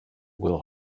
will